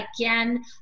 again